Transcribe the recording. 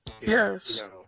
Yes